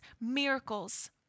miracles